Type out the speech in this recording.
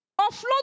Offload